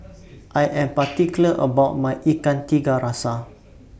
I Am particular about My Ikan Tiga Rasa